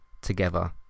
together